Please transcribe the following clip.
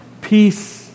Peace